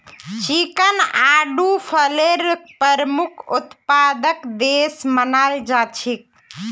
चीनक आडू फलेर प्रमुख उत्पादक देश मानाल जा छेक